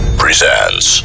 presents